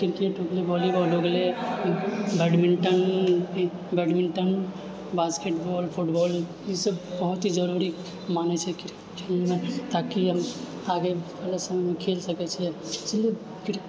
cricket हो गेलै volleyball हो गेलै बैडमिन्टन भी बैडमिन्टन बास्केटबॉल फुटबॉल ईसब बहुत ही जरूरी मानै छै कि खेलमे ताकि आगे भविष्यमे खेल सकै छिए इसलिए कि